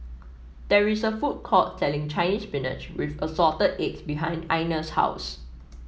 there is a food court selling Chinese Spinach with Assorted Eggs behind Einar's house